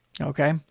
Okay